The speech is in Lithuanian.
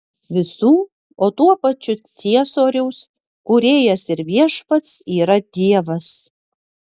visų o tuo pačiu ciesoriaus kūrėjas ir viešpats yra dievas